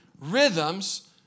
rhythms